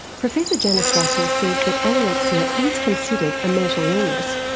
professor janice russell says that anorexia is considered a mental illness,